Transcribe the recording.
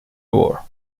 war